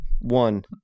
One